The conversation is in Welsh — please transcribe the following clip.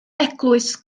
eglwys